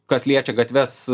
kas liečia gatves